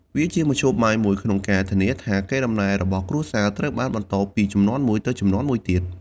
វាជាមធ្យោបាយមួយក្នុងការធានាថាកេរដំណែលរបស់គ្រួសារត្រូវបានបន្តពីជំនាន់មួយទៅជំនាន់មួយទៀត។